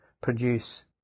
produce